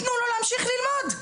תנו לו להמשיך ללמוד.